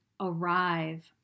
arrive